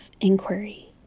inquiry